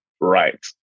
right